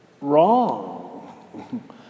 wrong